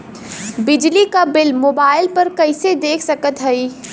बिजली क bill mobile पर कईसे देख सकत हई?